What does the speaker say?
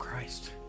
Christ